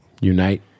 Unite